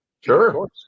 Sure